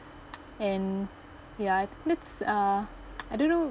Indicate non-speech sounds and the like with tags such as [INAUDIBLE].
[NOISE] and ya I think that's uh I don't know